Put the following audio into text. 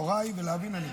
תורה היא, ולהבין אני רוצה.